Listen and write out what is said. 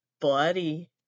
Bloody